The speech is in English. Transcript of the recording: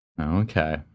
Okay